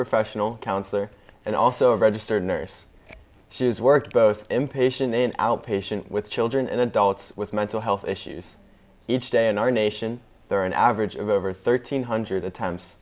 professional counselor and also a registered nurse she has worked both impatient and outpatient with children and adults with mental health issues each day in our nation there are an average of over thirteen hundred times